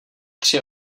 tři